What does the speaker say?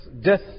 Death